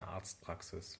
arztpraxis